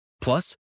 Plus